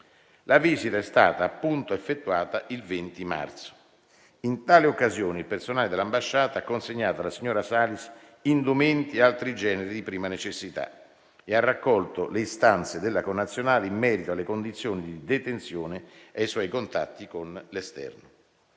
La visita è stata appunto effettuata il 20 marzo. In tale occasione, il personale dell'ambasciata ha consegnato alla signora Salis indumenti e altri generi di prima necessità e ha raccolto le istanze della connazionale in merito alle condizioni di detenzione e ai suoi contatti con l'esterno.